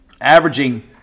averaging